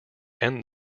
end